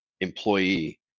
employee